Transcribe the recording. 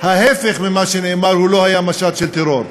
ההפך ממה שנאמר, לא היה משט של טרור.